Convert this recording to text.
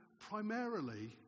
Primarily